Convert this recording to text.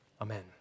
Amen